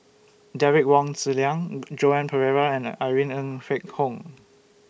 Derek Wong Zi Liang Joan Pereira and Irene Ng Phek Hoong